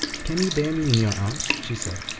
can you bear me in your arms? she said,